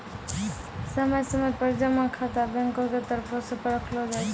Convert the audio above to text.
समय समय पर जमा खाता बैंको के तरफो से परखलो जाय छै